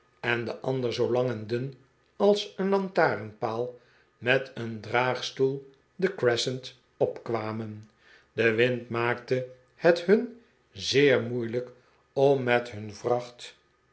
en de ander zoo lang en dun als een lantarenpaal met een draagstoel de crescent opkwamen de wind maakte het hun zeer moeilijk om met hun vracht